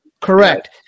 Correct